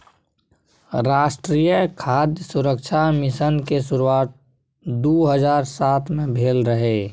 राष्ट्रीय खाद्य सुरक्षा मिशन के शुरुआत दू हजार सात मे भेल रहै